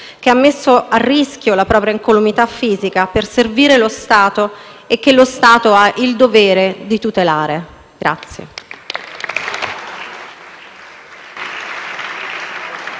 che ha messo a rischio la propria incolumità fisica per servire lo Stato e che lo Stato ha il dovere di tutelare.